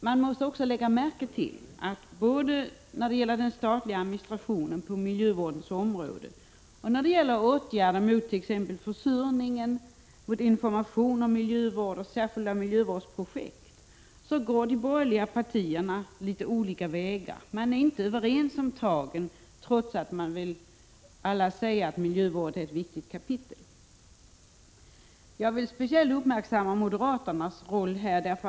Man måste också lägga märke till att de borgerliga partierna går litet olika vägar både när det gäller den statliga administrationen på miljövårdens område och när det gäller åtgärder mot t.ex. försurningen, informationen om naturvård och särskilda miljövårdsprojekt. De är inte överens om tagen, trots att alla säger att miljövård är ett viktigt kapitel. Jag vill speciellt uppmärksamma moderaternas roll. De har lämnat in en = Prot.